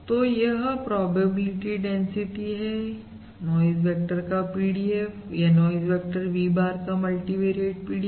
तो यह probability density है नॉइज वेक्टर का PDF या नॉइज वेक्टर V bar का मल्टीवेरीएट PDF